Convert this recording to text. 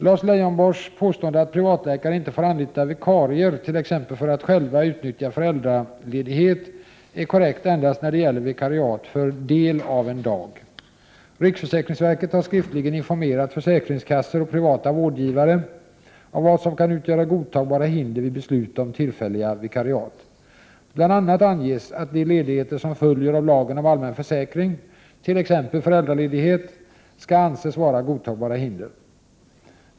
Lars Leijonborgs påstående att privatläkare inte får anlita vikarier, t.ex. för att själva utnyttja föräldraledighet, är korrekt endast när det gäller vikariat för del av en dag. Riksförsäkringsverket har skriftligen informerat försäkringskassor och privata vårdgivare om vad som kan utgöra godtagbara hinder vid beslut om tillfälliga vikariat. Bl.a. anges att de ledigheter som följer av lagen om allmän försäkring, t.ex. föräldraledighet, skall anses vara godtagbara hinder.